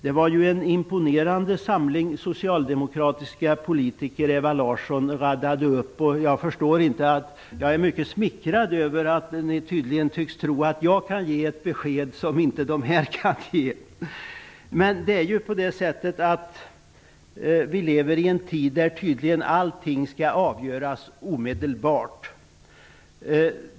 Det var ju en imponerande samling socialdemokratiska politiker som Ewa Larsson räknade upp. Jag är mycket smickrad över att ni tydligen tycks tro att jag kan lämna ett besked som inte de kan ge. Vi lever i en tid där allting tydligen skall avgöras omedelbart.